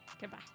Goodbye